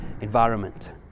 environment